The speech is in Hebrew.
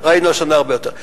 ראינו השנה הרבה יותר.